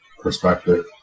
perspective